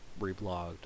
reblogged